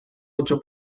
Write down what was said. ocho